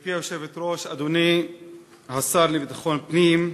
גברתי היושבת-ראש, אדוני השר לביטחון פנים,